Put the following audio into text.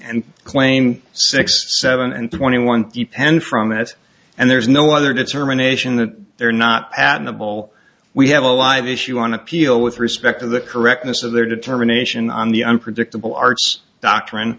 and claim six seven and twenty one depend from that and there's no other determination that they're not patentable we have a live issue on appeal with respect to the correctness of their determination on the unpredictable arts doctrine